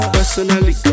Personally